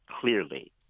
clearly